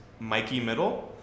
MikeyMiddle